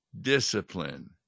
discipline